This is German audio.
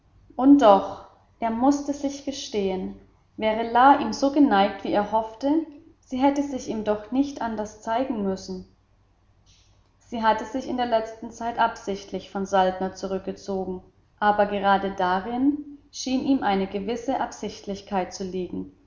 und doch er mußte sich gestehen wäre la ihm so geneigt wie er hoffte sie hätte sich ihm noch anders zeigen müssen sie hatte sich in der letzten zeit sichtlich von saltner zurückgezogen aber gerade darin schien ihm eine gewisse absichtlichkeit zu liegen